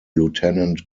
lieutenant